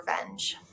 revenge